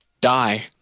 Die